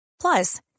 Plus